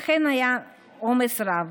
אכן היה עומס רב,